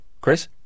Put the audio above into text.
Chris